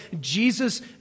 Jesus